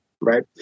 right